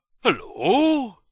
Hello